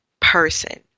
person